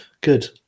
Good